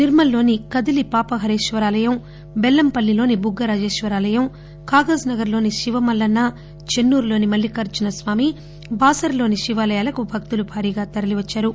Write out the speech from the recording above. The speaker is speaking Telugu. నిర్మల్ లోని కదిలి పాపహరేశ్వరాలయం బెల్లంపల్లిలోని బుగ్గ రాజేశ్వరాలయం కాగజ్ నగర్ లోని శివమల్లన్న చెన్సూరులోని మల్లికార్లున స్వామి బాసరలోని శివాలయాలకు భక్తులు భారీగా తరలివచ్చారు